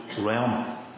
realm